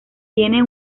tiene